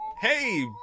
hey